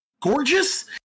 gorgeous